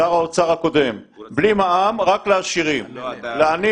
התחושה שאנחנו עכשיו נמצאים בשלטון אז מותר לנו לעשות הכול,